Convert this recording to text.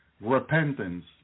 repentance